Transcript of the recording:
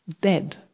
Dead